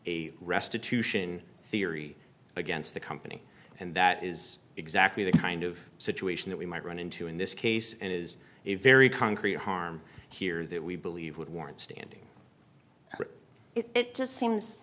a restitution theory against the company and that is exactly the kind of situation that we might run into in this case it is a very concrete harm here that we believe would warrant standing it just seems